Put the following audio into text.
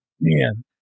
man